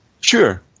Sure